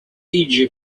egypt